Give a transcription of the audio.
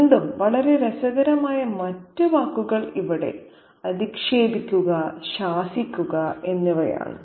വീണ്ടും വളരെ രസകരമായ മറ്റ് വാക്കുകൾ ഇവിടെ അധിക്ഷേപിക്കുക ശാസിക്കുക എന്നിവയാണ്